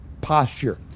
posture